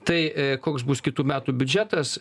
tai koks bus kitų metų biudžetas